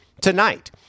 Tonight